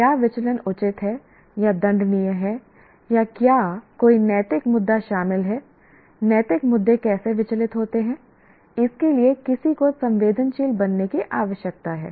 क्या विचलन उचित है या दंडनीय है या क्या कोई नैतिक मुद्दा शामिल है नैतिक मुद्दे कैसे विचलित होते हैं इसके लिए किसी को संवेदनशील बनाने की आवश्यकता है